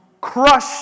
crush